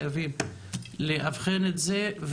חייבים לאבחן את זה,